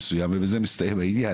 אני חושבת שכולם פה מסכימים על כך.